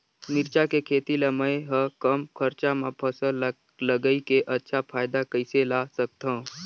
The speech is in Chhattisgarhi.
मिरचा के खेती ला मै ह कम खरचा मा फसल ला लगई के अच्छा फायदा कइसे ला सकथव?